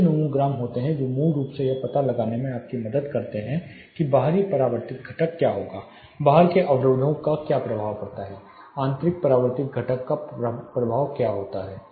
ऐसे नामोग्राम होते हैं जो मूल रूप से यह पता लगाने में आपकी मदद करते हैं कि बाहरी परावर्तित घटक क्या होगा बाहर के अवरोधों का क्या प्रभाव पड़ता है आंतरिक परावर्तित घटक का प्रभाव क्या होता है